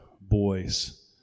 boys